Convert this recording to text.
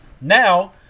Now